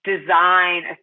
design